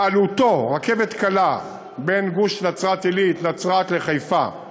שעלותו, רכבת קלה בין גוש נצרת-עילית נצרת לחיפה,